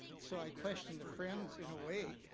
so i question the friends in a way.